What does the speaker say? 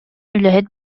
үлэһит